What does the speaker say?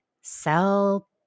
sell